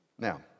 Now